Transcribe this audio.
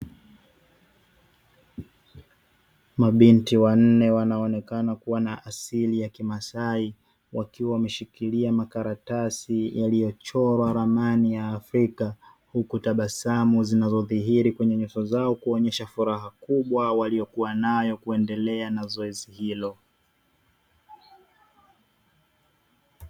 Mabinti wanne wanaonekana kuwa na asili ya kimasai wakiwa wameshikilia makaratasi yaliyochorwa ramani ya afrika, huku tabasamu zinazozihiri kwenye nyuso zao kuonyesha furaha kubwa waliyokuwa nayo kuendelea na zoezi hilo.